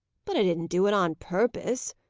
but i didn't do it on purpose,